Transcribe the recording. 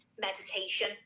meditation